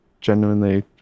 genuinely